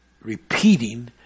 repeating